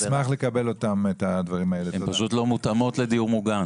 נשמח לקבל את התוכניות האלה.